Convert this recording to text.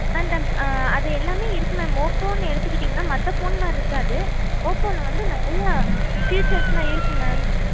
அந்தப் அது எல்லாமே இருக்குது மேம் ஓப்போன்னு எடுத்துக்கிட்டீங்கன்னா மற்ற ஃபோன் மாதிரி இருக்காது ஓப்போவில வந்து நிறைய ஃபீச்சர்ஸ்லாம் இருக்குது மேம்